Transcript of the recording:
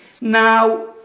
Now